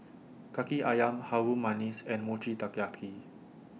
Kaki Ayam Harum Manis and Mochi Taiyaki